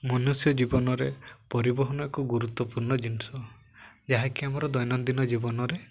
ମନୁଷ୍ୟ ଜୀବନରେ ପରିବହନ ଏକ ଗୁରୁତ୍ୱପୂର୍ଣ୍ଣ ଜିନିଷ ଯାହାକି ଆମର ଦୈନନ୍ଦିନ ଜୀବନରେ